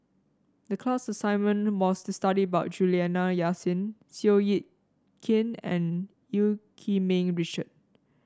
the class assignment was to study about Juliana Yasin Seow Yit Kin and Eu Yee Ming Richard